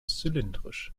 zylindrisch